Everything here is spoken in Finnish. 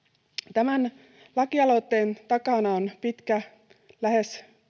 tämän lakialoitteen takana on pitkä lähes